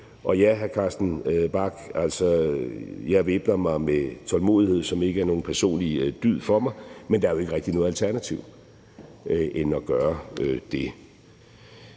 Og ja, hr. Carsten Bach, jeg væbner mig med tålmodighed, som ikke er nogen personlig dyd for mig, men der er jo ikke rigtig noget alternativ til at gøre det.